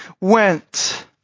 went